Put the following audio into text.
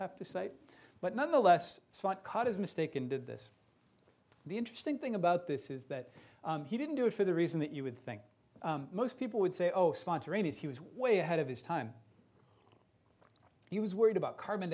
have to say but nonetheless it's what caught his mistake in the this the interesting thing about this is that he didn't do it for the reason that you would think most people would say oh spontaneous he was way ahead of his time he was worried about carbon